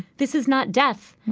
this is not death.